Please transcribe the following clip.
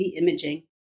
imaging